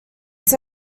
its